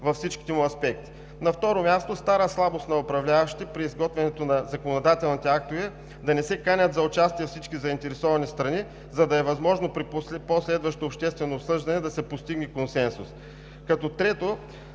във всичките му аспекти. На второ място, стара слабост на управляващите при изготвянето на законодателните актове да не се канят за участие всички заинтересовани страни, за да е възможно при последващо обществено обсъждане да се постигне консенсус. Трето,